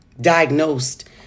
diagnosed